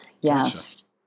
Yes